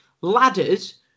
ladders